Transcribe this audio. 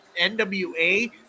NWA